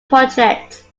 projects